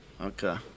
Okay